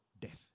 death